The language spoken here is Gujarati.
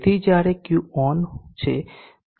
તેથી જ્યારે Q ઓન છે ત્યારે શું થાય છે